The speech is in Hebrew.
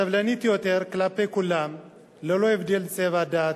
סבלנית יותר כלפי כולם, ללא הבדל דת,